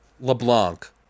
LeBlanc